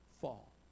fall